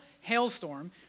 hailstorm